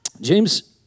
James